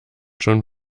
schon